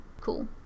cool